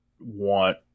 want